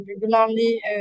regularly